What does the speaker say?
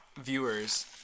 viewers